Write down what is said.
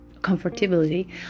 comfortability